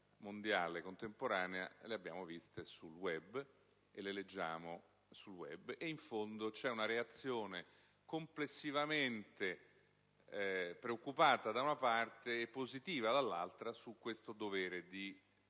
mondiale contemporanea lo abbiamo visto riproposto sul Web; in fondo, c'è una reazione complessivamente preoccupata, da una parte, e positiva, dall'altra, su questo dovere di